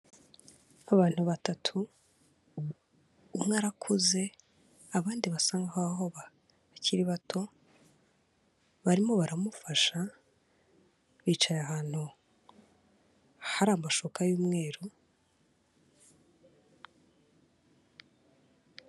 Abantu batatu, umwe arakuze abandi basa nk'aho bakiri bato, barimo baramufasha bicaye ahantu hari amashuka y'umweru.